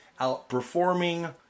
Outperforming